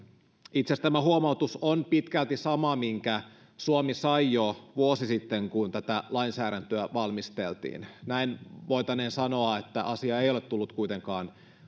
asiassa tämä huomautus on pitkälti sama minkä suomi sai jo vuosi sitten kun tätä lainsäädäntöä valmisteltiin näin ollen voitaneen sanoa että asia ei ole tullut kuitenkaan